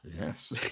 Yes